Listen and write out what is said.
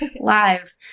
live